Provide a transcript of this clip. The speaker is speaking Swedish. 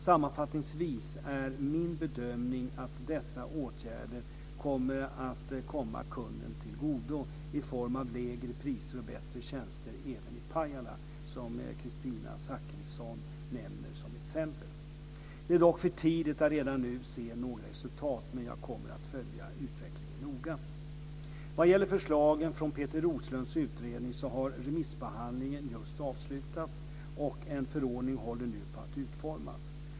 Sammanfattningsvis är min bedömning att dessa åtgärder kommer att komma kunden till godo i form av lägre priser och bättre tjänster även i Pajala, som Kristina Zakrisson nämner som exempel. Det är dock för tidigt att redan nu se några resultat, men jag kommer att följa utvecklingen noga. Vad gäller förslagen från Peter Roslunds utredning har remissbehandlingen just avslutats, och en förordning håller nu på att utformas.